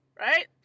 right